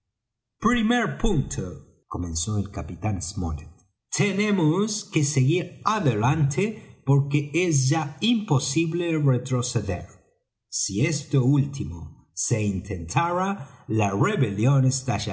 comenzó el capitán smollet tenemos que seguir adelante porque es ya imposible retroceder si esto último se intentara la rebelión